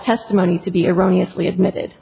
testimony to be erroneous lee admitted